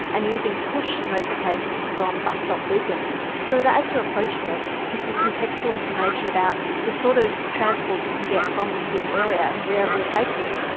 and using push notifications from bus-stop beacons. so as you're approaching it, it gives you contextual information about the sort of transport you can get from this area and where it will take you.